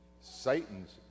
Satan's